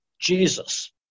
Jesus